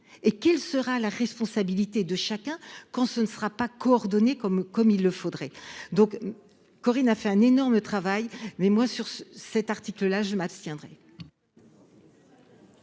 et quelle sera la responsabilité de chacun. Quand ce ne sera pas coordonnée comme comme il le faudrait donc. Corinne a fait un énorme travail, mais moi sur ce cet article-là, je m'abstiendrai.